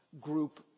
group